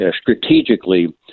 strategically